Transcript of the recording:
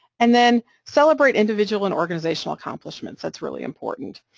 and then celebrate individual and organizational accomplishments, that's really important.